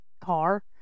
car